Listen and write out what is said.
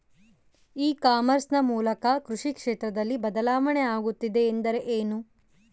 E commerce ನ ಮೂಲಕ ಕೃಷಿ ಕ್ಷೇತ್ರದಲ್ಲಿ ಬದಲಾವಣೆ ಆಗುತ್ತಿದೆ ಎಂದರೆ ಏನು?